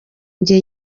njye